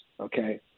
okay